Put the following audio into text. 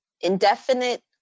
Indefinite